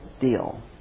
deal